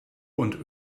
und